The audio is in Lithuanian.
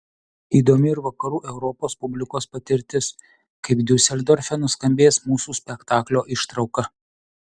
įdomi ir vakarų europos publikos patirtis kaip diuseldorfe nuskambės mūsų spektaklio ištrauka